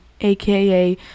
aka